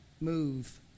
move